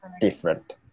different